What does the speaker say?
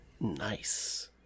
Nice